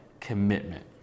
commitment